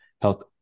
health